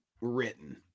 written